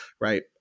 right